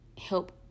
help